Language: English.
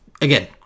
again